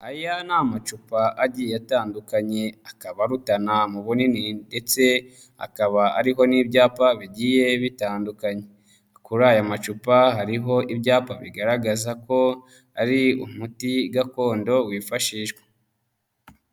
Aya ni amacupa agiye atandukanye akaba arutana mu bunini ndetse akaba ariho n'ibyapa bigiye bitandukanye. Kuri aya macupa hariho ibyapa bigaragaza ko ari umuti gakondo wifashishwa.